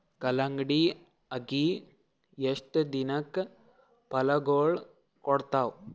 ಕಲ್ಲಂಗಡಿ ಅಗಿ ಎಷ್ಟ ದಿನಕ ಫಲಾಗೋಳ ಕೊಡತಾವ?